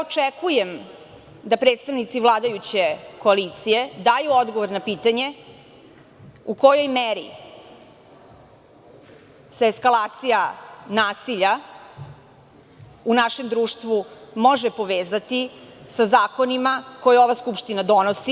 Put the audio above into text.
Očekujem da predstavnici vladajuće koalicije daju odgovor na pitanje – u kojoj meri se eskalacija nasilja u našem društvu može povezati sa zakonima koje ova Skupština donosi?